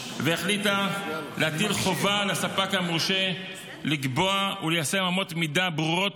והחליטה להטיל חובה על הספק המורשה לקבוע וליישם אמות מידה ברורות,